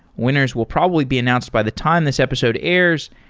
winners will probably be announced by the time this episode airs,